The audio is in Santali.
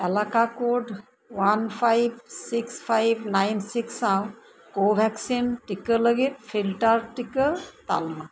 ᱮᱞᱟᱠᱟ code one five six five nine six ᱥᱟᱶ ᱠᱳ ᱵᱷᱮᱠᱥᱤᱱ ᱴᱤᱠᱟ ᱞᱟ ᱜᱤᱫ ᱯᱷᱤᱞᱴᱟᱨ ᱴᱤᱠᱟ ᱛᱟᱞᱢᱟ